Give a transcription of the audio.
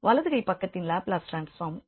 வலது கைப் பக்கத்தின் லாப்லஸ் ட்ரான்ஸ்ஃபார்ம் 1